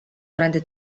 durante